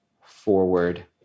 forward